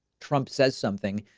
trump says something.